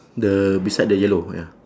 the beside the yellow ya